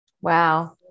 Wow